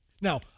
Now